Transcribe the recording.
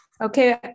Okay